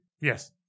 Yes